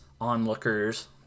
onlookers